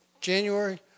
January